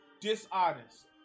dishonest